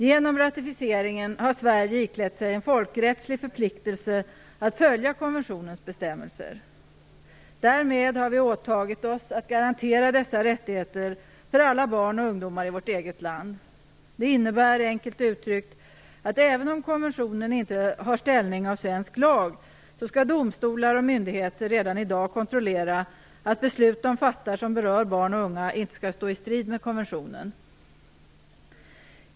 Genom ratificeringen har Sverige iklätt sig en folkrättslig förpliktelse att följa konventionens bestämmelser. Därmed har vi åtagit oss att garantera dessa rättigheter för alla barn och ungdomar i vårt eget land. Det innebär - enkelt uttryckt - att även om konventionen inte har ställning av svensk lag så skall domstolar och myndigheter redan i dag kontrollera att beslut de fattar som berör barn och unga inte skall stå i strid med konventionen.